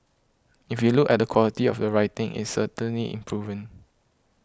if you look at the quality of the writing it's certainly improving